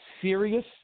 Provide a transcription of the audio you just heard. serious